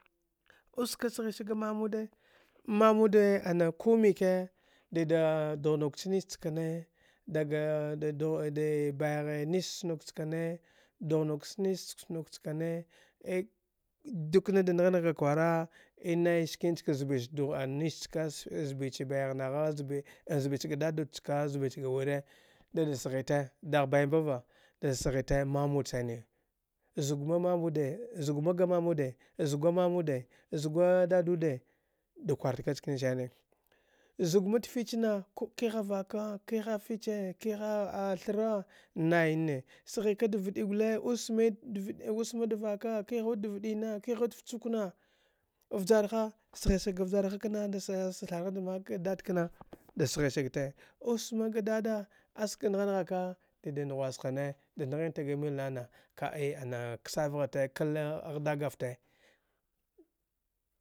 Oskad sghi sage mamude mamudee ana kumike dida dugh nuk chniskane daga de ayaghe nis skunuk chkane dugh nuk chnis skunuk chane dak na da ngha ngha ka kwara e naiski ncgka zbi ch dugh nis chka a cbi che bayagh nagha zbe-zbi cha ga dadud chka zbi cha ga wire dida dghite sagh bai mbava dida sghite mamud sane zugma nanude zugna ga nanyde zugwai nanyde zugwa ɗaɗude da kwar ka nchkanisane zugma tfich na ku kiha vaka hiha fiche kiha thra naine, sghika da vaɗi gule osmi os mma da vaka kuha wud dd vaɗina kiha wud fchuk na vjarha, sghisag ga vjarha know da mak dad kna da sghisate osma ga dada aska ngha-ghhaka dida nghwa shane da nghinta ga mil nana ka’a ana ksavghate kalni a ghdagavte.